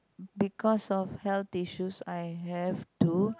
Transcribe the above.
because of health issues I have to